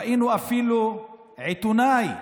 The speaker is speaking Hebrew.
ראינו עיתונאי,